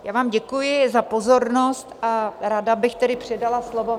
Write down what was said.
Já vám děkuji za pozornost a ráda bych tedy předala slovo...